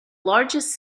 largest